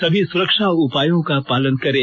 सभी सुरक्षा उपायों का पालन करें